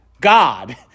God